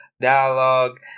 dialogue